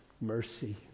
mercy